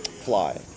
fly